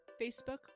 Facebook